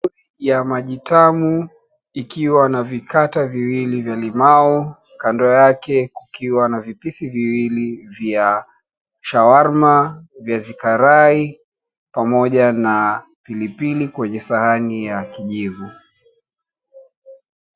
Ya maji tamu ikiwa na vikata viwili, vya limau kando yake ikiwa na vipisi viwili vya shawarma, viazi karai pamoja na pilipili kwenye sahani ya kijivu.